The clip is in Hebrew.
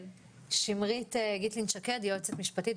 שמרית גיטלין שקד, יועצת משפטית,